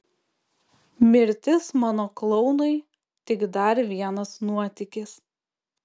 mirtis mano klounui tik dar vienas nuotykis